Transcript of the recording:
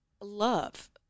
love